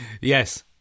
Yes